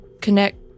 connect